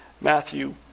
Matthew